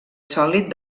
sòlid